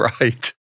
Right